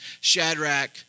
Shadrach